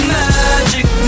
magic